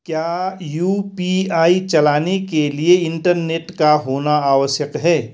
क्या यु.पी.आई चलाने के लिए इंटरनेट का होना आवश्यक है?